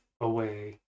away